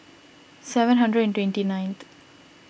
seven hundred and twenty ninth